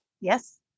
Yes